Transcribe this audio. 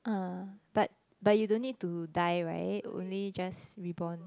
uh but but you don't need to dye right only just rebond